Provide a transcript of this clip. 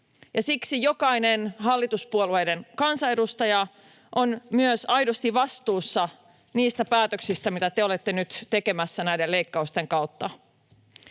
siksi jokainen hallituspuolueiden kansanedustaja on myös aidosti vastuussa niistä päätöksistä, mitä te olette nyt tekemässä näiden leikkausten kautta.